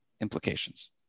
implications